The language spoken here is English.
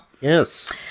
Yes